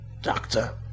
Doctor